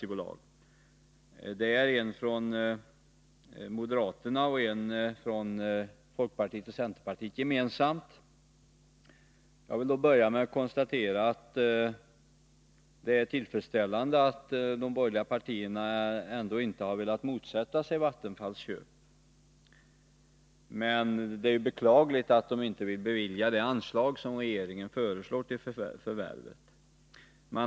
Det är en reservation från moderaterna och en från folkpartiet och centerpartiet gemensamt. Jag vill börja med att konstatera att det är tillfredsställande att de borgerliga partierna ändå inte har velat motsätta sig Vattenfalls köp. Men det är beklagligt att de inte vill bevilja det anslag som regeringen föreslår till förvärvet.